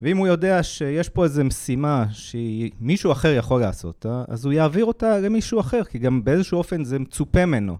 ואם הוא יודע שיש פה איזו משימה שמישהו אחר יכול לעשות אותה, אז הוא יעביר אותה למישהו אחר, כי גם באיזשהו אופן זה מצופה ממנו.